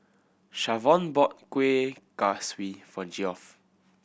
Shavonne bought Kuih Kaswi for Geoff